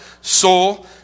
soul